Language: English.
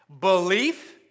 belief